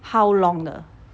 how long 的